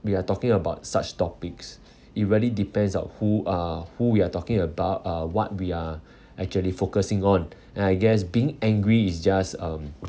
we are talking about such topics it really depends on who uh who we are talking about uh what we are actually focusing on and I guess being angry is just um